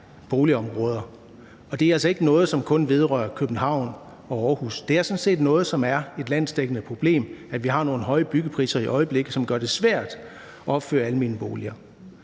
boligområder. Og det er altså ikke noget, som kun vedrører København og Aarhus. Det er sådan set noget, som er et landsdækkende problem, altså at vi har nogle høje byggepriser i øjeblikket, som gør det svært at opføre almene boliger.